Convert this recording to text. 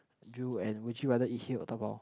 drool and would you rather eat here or dabao